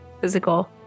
physical